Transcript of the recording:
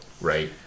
Right